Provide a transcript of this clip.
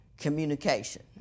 communication